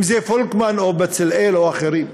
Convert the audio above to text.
אם פולקמן או בצלאל או אחרים.